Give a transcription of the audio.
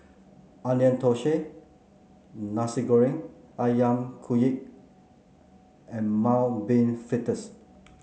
Onion Thosai Nasi Goreng ayam Kunyit and Mung Bean Fritters